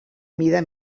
mida